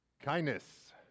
Kindness